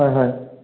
হয় হয়